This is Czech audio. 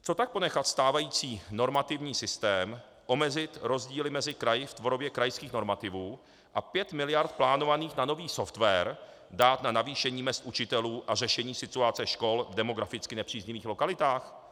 Co tak ponechat stávající normativní systém, omezit rozdíly mezi kraji v podobě krajských normativů a pět miliard plánovaných na nový software dát na navýšení mezd učitelů a řešení situace škol v demograficky nepříznivých lokalitách?